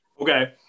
Okay